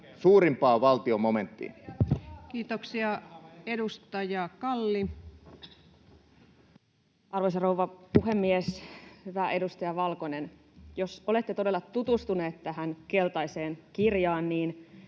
suurimpaan valtion momenttiin. Kiitoksia. — Edustaja Kalli. Arvoisa rouva puhemies! Hyvä edustaja Valkonen, jos olette todella tutustunut tähän keltaiseen kirjaan, niin